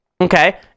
okay